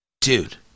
Dude